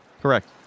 Correct